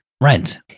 rent